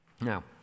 Now